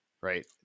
Right